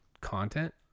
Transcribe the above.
content